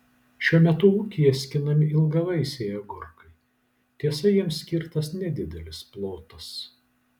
šiuo metu ūkyje skinami ilgavaisiai agurkai tiesa jiems skirtas nedidelis plotas